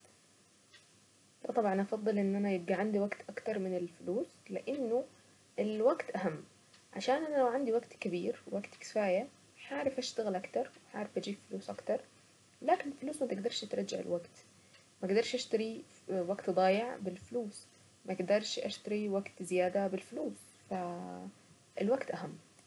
وطبعا افضل ان انا يبقى عندي وقت اكتر من الفلوس. لانه الوقت اهم. عشان انا لو عندي وقت كبير ووقت كفاية هعرف اشتغل اكتر عارف اجيب فلوس اكتر. لكن الفلوس ما تقدرش ترجع الوقت. ما قدرش اشتريه وقت ضايع بالفلوس. ما اقدرش اشتريه وقت زيادة الوقت اهم.